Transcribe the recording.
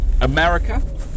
America